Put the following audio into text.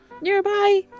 nearby